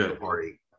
party